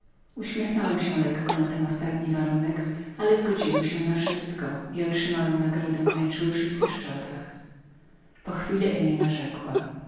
uśmiechnąłem się lekko na ten ostatni warunek ale zgodziłem się na wszystko i otrzymałem nagrodę w najczulszych pieszczotach po chwili emina rzekła